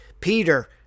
Peter